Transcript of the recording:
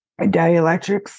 Dielectrics